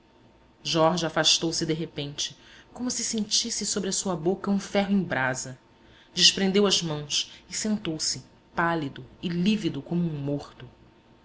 tocar se jorge afastou-se de repente como se sentisse sobre a sua boca um ferro em brasa desprendeu as mãos e sentou-se pálido e lívido como um morto